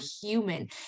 human